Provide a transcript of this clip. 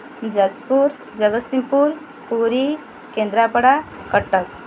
Jajpur Jagatsinghpur Puri Kendrapara Cuttack